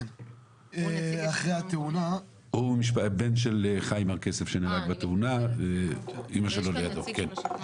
הוא בן של חיים הר כסף שנהרג בתאונה ואמא שלו לידו.